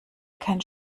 kein